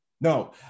No